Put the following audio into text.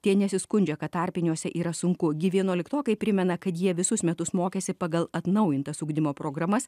tie nesiskundžia kad tarpiniuose yra sunku gi vienuoliktokai primena kad jie visus metus mokėsi pagal atnaujintas ugdymo programas